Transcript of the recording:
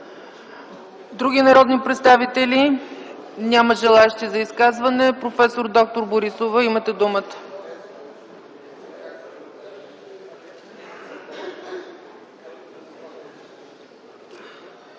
Други народни представители? Няма желаещи за изказвания. Професор д-р Борисова, имате думата.